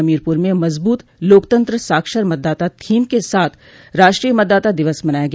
हमीरपुर में मजबूत लोकतंत्र साक्षर मतदाता थीम के साथ राष्ट्रीय मतदाता दिवस मनाया गया